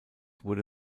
wurde